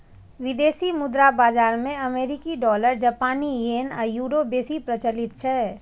विदेशी मुद्रा बाजार मे अमेरिकी डॉलर, जापानी येन आ यूरो बेसी प्रचलित छै